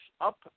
up